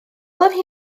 gwelodd